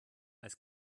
als